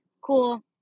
cool